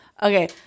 Okay